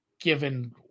given